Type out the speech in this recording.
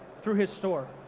through his store,